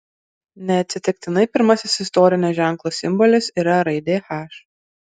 neatsitiktinai pirmasis istorinio ženklo simbolis yra raidė h